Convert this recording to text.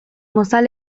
mozal